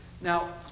Now